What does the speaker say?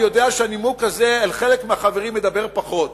אני יודע שהנימוק הזה אל חלק מהחברים מדבר פחות,